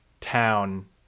town